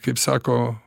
kaip sako